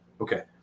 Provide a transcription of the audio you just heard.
Okay